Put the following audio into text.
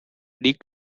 dick